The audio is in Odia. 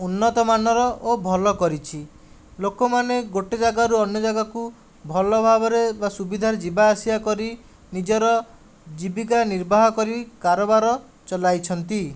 ଉନ୍ନତମାନର ଓ ଭଲ କରିଛି ଲୋକମାନେ ଗୋଟିଏ ଜାଗାରୁ ଅନ୍ୟ ଜାଗାକୁ ଭଲ ଭାବରେ ବା ସୁବିଧାରେ ଯିବା ଆସିବା କରି ନିଜର ଜୀବିକା ନିର୍ବାହ କରି କାରବାର ଚଲାଇଛନ୍ତି